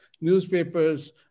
newspapers